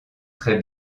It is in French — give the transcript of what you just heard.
très